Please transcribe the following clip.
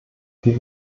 wie